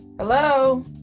Hello